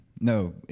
No